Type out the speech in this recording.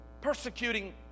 persecuting